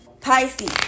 Pisces